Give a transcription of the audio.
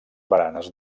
baranes